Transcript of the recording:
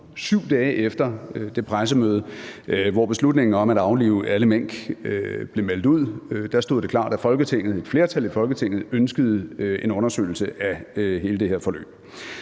7 dage efter det pressemøde, hvor beslutningen om at aflive alle mink blev meldt ud, stod det klart, at et flertal i Folketinget ønskede en undersøgelse af hele det her forløb.